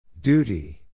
Duty